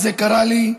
זה קרה לי,